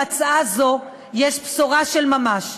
בהצעה זו יש בשורה של ממש,